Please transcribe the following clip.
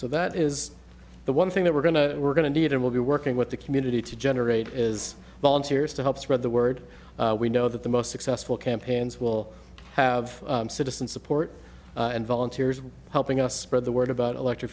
so that is the one thing that we're going to we're going to need and we'll be working with the community to generate is volunteers to help spread the word we know that the most successful campaigns will have citizen support and volunteers helping us spread the word about electric